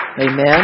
Amen